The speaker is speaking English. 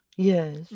Yes